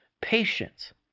patience